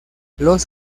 los